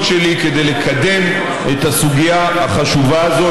שלי כדי לקדם את הסוגיה החשובה הזאת,